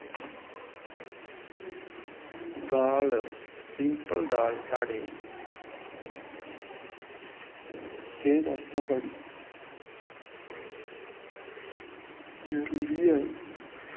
दाल simple दाल साढ़े सेह्त आस्तै बड़ी जरूरी ऐ